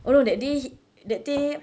oh no that day he that day